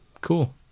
Cool